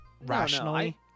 rationally